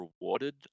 rewarded